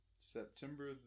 September